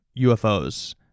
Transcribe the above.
UFOs